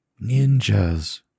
Ninjas